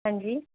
ਹਾਂਜੀ